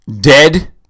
dead